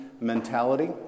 mentality